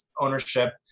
ownership